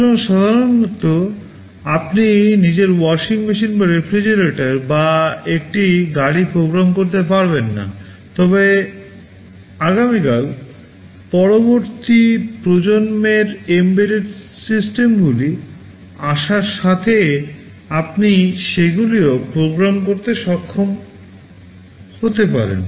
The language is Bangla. সুতরাং সাধারণত আপনি নিজের ওয়াশিং মেশিন বা রেফ্রিজারেটর বা একটি গাড়ি প্রোগ্রাম করতে পারবেন না তবে আগামী পরবর্তী প্রজন্মের এম্বেডেড সিস্টেমগুলি আসার সাথে আপনি সেগুলিও প্রোগ্রাম করতে সক্ষম হতে পারেন